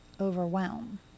overwhelm